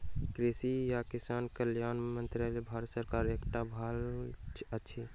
कृषि आ किसान कल्याण मंत्रालय भारत सरकारक एकटा भाग अछि